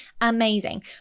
amazing